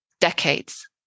decades